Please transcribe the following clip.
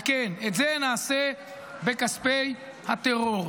וכן, את זה נעשה בכספי הטרור.